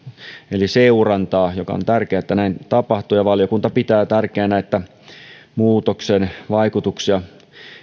eli seurantaan on tärkeää että sitä tapahtuu ja valiokunta pitää tärkeänä että muutoksen vaikutuksia